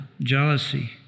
jealousy